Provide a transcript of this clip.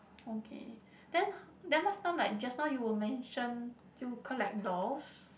okay then then last time like just now you were mention you collect dolls